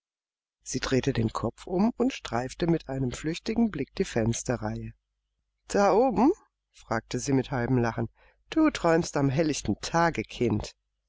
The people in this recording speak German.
sie drehte den kopf um und streifte mit einem flüchtigen blick die fensterreihe da oben fragte sie mit halbem lachen du träumst am hellen tage kind